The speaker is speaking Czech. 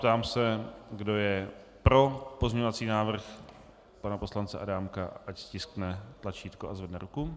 Ptám se, kdo je pro pozměňovací návrh pana poslance Adámka, ať stiskne tlačítko a zvedne ruku.